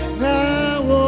now